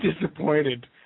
disappointed